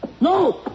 No